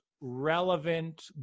relevant